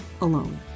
alone